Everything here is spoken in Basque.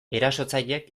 erasotzaileek